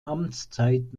amtszeit